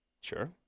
Sure